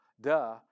duh